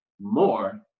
more